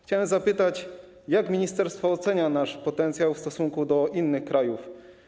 Chciałem zapytać, jak ministerstwo ocenia nasz potencjał w stosunku do innych krajów.